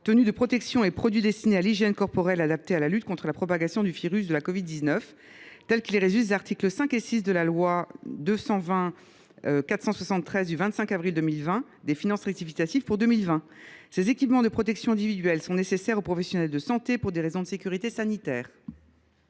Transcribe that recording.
tenues de protection et produits destinés à l’hygiène corporelle adaptés à la lutte contre la propagation du virus de la covid 19, tel qu’il résulte des articles 5 et 6 de la loi n° 2020 473 du 25 avril 2020 de finances rectificative pour 2020. Ces équipements de protection individuelle sont nécessaires aux professionnels de santé, pour des raisons de sécurité sanitaire.